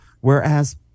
whereas